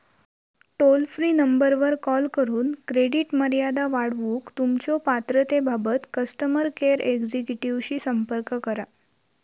toll free नंबरवर call करून credit मर्यादा वाढवूक तुमच्यो पात्रतेबाबत कस्टमर केअर एक्झिक्युटिव्हशी संपर्क करा